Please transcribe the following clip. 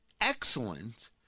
excellent